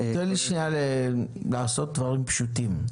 --- תן לי שנייה לעשות דברים פשוטים.